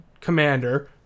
Commander